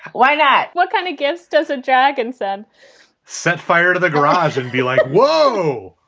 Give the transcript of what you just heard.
why not? what kind of gifts does a dragon said set fire to the garage and be like, whoa!